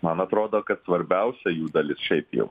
man atrodo kad svarbiausia jų dalis šiaip jau